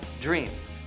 dreams